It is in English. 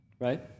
Right